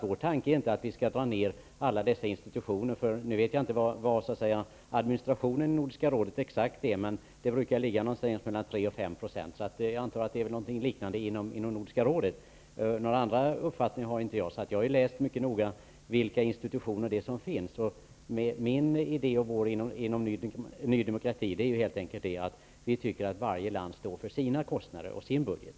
Vår tanke är inte att man skall dra ned på alla dessa institutioner. Jag vet inte exakt hur stor del som administrationen i Nordiska rådet utgör. Det brukar ligga mellan tre och fem procent och jag antar att det är en liknande siffra inom Nordiska rådet. Jag har ingen annan uppfattning. Jag har läst mycket noga om vilka institutioner som finns. Vår idé inom Ny demokrati är helt enkelt att vi tycker att varje land bör stå för sina kostnader och sin budget.